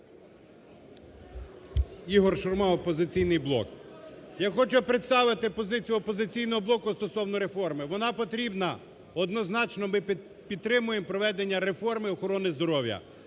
Ігор Шурма, "Опозиційний блок". Я хочу представити позицію "Опозиційного блоку" стосовно реформи. Вона потрібна, однозначно ми підтримуємо проведення реформи охорони здоров'я.